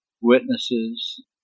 witnesses